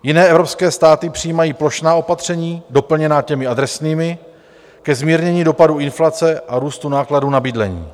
Jiné evropské státy přijímají plošná opatření doplněná těmi adresnými ke zmírnění dopadů inflace a růstu nákladů na bydlení.